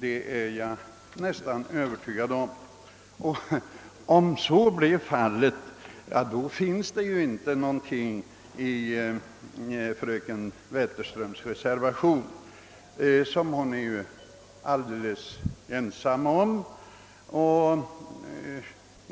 gripa sig an frågan, förfaller fröken Wetterströms reservation, som hon för övrigt är ensam om.